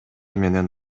менен